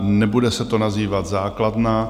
Nebude se to nazývat základna.